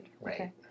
Right